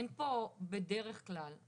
אין פה בדרך כלל,